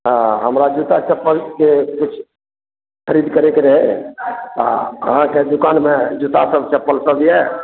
हँ हमरा जूता चप्पलके किछु खरीद करैके रहै आ अहाँके दुकानमे जूता सब चप्पल सब यऽ